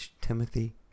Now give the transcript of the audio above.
Timothy